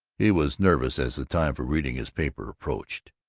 he was nervous as the time for reading his paper approached.